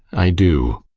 i do.